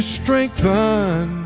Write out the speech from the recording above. strengthen